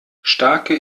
starke